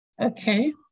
Okay